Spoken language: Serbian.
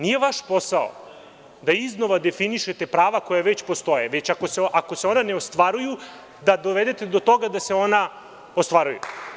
Nije vaš posao da iznova definišete prava koja već postoje, već ako se ona ne ostvaruju da dovedete do toga da se ona ostvaruju.